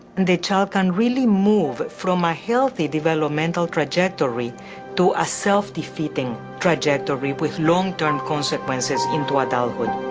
and the child can really move from a healthy development or trajectory to ah self-defeating trajectory with long-term consequences into adulthood.